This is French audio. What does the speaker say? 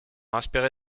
inspiré